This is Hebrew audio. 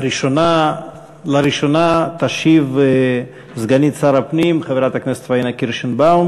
על הראשונה תשיב סגנית שר הפנים חברת הכנסת פאינה קירשנבאום,